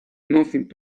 nothing